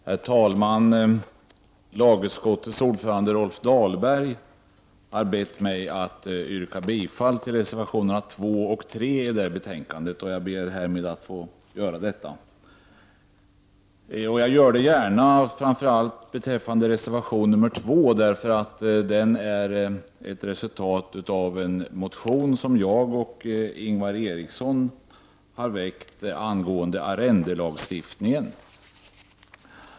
Herr talman! Lagutskottets ordförande Rolf Dahlberg har bett mig att yrka bifall till reservationerna 2 och 3 till detta betänkande, och jag ber härmed att få göra detta. Jag gör det gärna, framför allt beträffande reservation 2, då den är ett resultat av en motion som jag och Ingvar Eriksson har väckt angående arrendelagstiftningen.